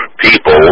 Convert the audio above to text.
people